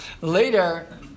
later